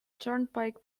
turnpike